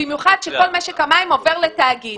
במיוחד שכל משק המים עובר לתאגיד,